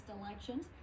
elections